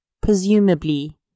presumably